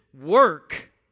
work